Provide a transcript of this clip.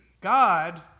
God